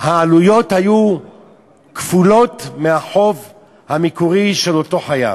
העלויות כפולות מהחוב המקורי של אותו חייב.